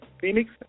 Phoenix